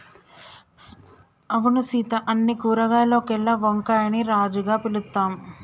అవును సీత అన్ని కూరగాయాల్లోకెల్లా వంకాయని రాజుగా పిలుత్తాం